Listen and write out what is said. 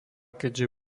keďže